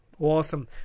Awesome